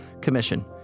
Commission